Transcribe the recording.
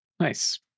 Nice